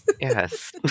Yes